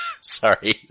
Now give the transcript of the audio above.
Sorry